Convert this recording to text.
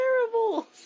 terrible